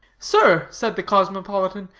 sir, said the cosmopolitan,